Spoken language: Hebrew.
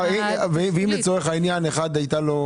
ואם לצורך העניין, אחד הייתה לו